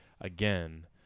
again